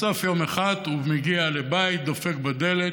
בסוף יום אחד הוא מגיע לבית, דופק בדלת.